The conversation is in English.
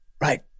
right